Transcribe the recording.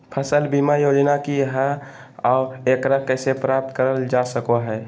फसल बीमा योजना की हय आ एकरा कैसे प्राप्त करल जा सकों हय?